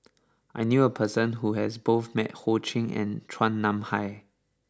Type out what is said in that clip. I knew a person who has met both Ho Ching and Chua Nam Hai